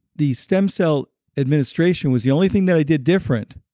the stem cell administration was the only thing that i did different